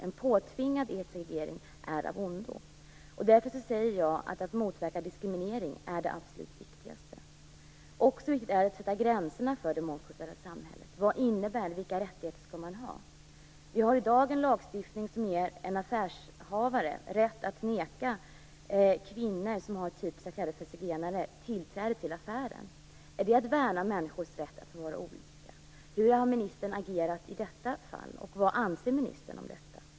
En påtvingad segregering är av ondo. Att motverka diskriminering anser jag därför vara det absolut viktigaste. Det är också viktigt att sätta gränserna för det mångkulturella samhället. Vad innebär det? Vilka rättigheter skall man ha? Vi har i dag en lagstiftning som ger en affärsinnehavare rätt att neka kvinnor som har kläder typiska för zigenare tillträde till affären. Är det att värna om människors rätt att vara olika? Hur har ministern agerat i detta fall, och vad anser ministern om detta?